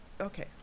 Okay